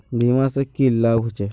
बीमा से की लाभ होचे?